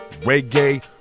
reggae